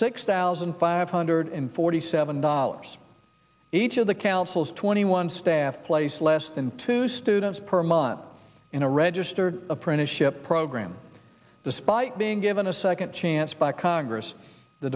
six thousand five hundred forty seven dollars each of the councils twenty one staff placed less than two students per month in a registered apprenticeship program despite being given a second chance by congress the